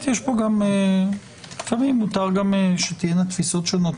מותר שתהיינה תפיסות שונות.